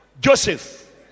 Joseph